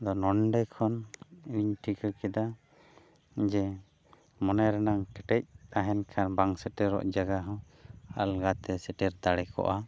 ᱟᱫᱚ ᱱᱚᱸᱰᱮ ᱠᱷᱚᱱ ᱤᱧ ᱴᱷᱤᱠᱟᱹ ᱠᱮᱫᱟ ᱡᱮ ᱢᱚᱱᱮ ᱨᱮᱱᱟᱜ ᱠᱮᱴᱮᱡ ᱛᱟᱦᱮᱱ ᱠᱷᱟᱱ ᱵᱟᱝ ᱥᱮᱴᱮᱨᱚᱜ ᱡᱟᱭᱜᱟ ᱦᱚᱸ ᱟᱞᱜᱟᱛᱮ ᱥᱮᱴᱮᱨ ᱫᱟᱲᱮ ᱠᱚᱜᱼᱟ